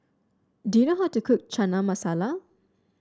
do you know how to cook Chana Masala